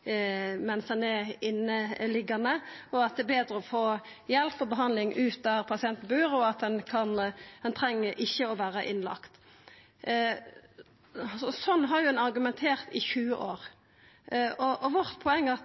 at det er betre å få hjelp og behandling ut der pasienten bur, og at ein ikkje treng å vera innlagd. Sånn har ein jo argumentert i 20 år. Vårt poeng er: